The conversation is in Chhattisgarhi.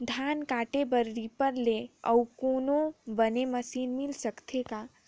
धान काटे बर रीपर ले अउ कोनो बने मशीन मिल सकथे का?